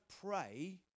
pray